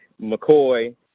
McCoy